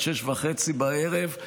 עד 18:30 בערב,